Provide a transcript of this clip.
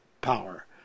power